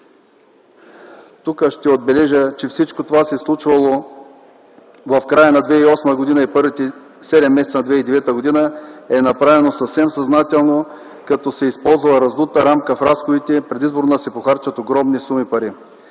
Тук ще отбележа, че всичко това се е случвало в края на 2008 г. и първите седем месеца на 2009 г. и е направено съвсем съзнателно като се е използвала раздута рамка в разходите предизборно да се похарчат огромни суми пари.